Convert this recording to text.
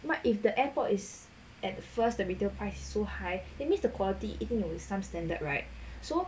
what if the airpod is at first the retail price so high it means the quality 一定有 some standard right so